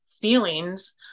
feelings